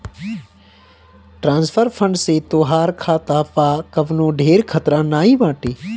transfer fund से तोहार खाता पअ कवनो ढेर खतरा नाइ बाटे